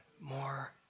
more